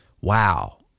wow